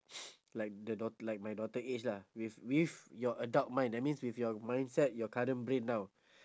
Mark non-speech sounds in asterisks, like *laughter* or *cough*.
*noise* like the dau~ like my daughter age lah with with your adult mind that means with your mindset your current brain now